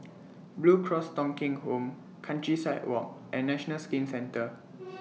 Blue Cross Thong Kheng Home Countryside Walk and National Skin Centre